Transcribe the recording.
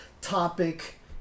topic